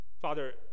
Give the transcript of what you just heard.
Father